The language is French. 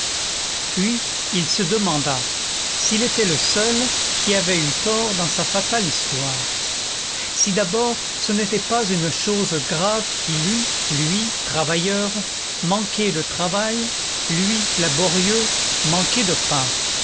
puis il se demanda s'il était le seul qui avait eu tort dans sa fatale histoire si d'abord ce n'était pas une chose grave qu'il eût lui travailleur manqué de travail lui laborieux manqué de pain